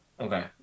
Okay